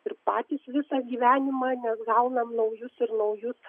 ir patys visą gyvenimą nes gaunam naujus ir naujus